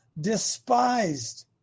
despised